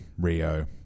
Rio